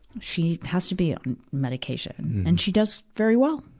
she has to be on medication, and she does very well,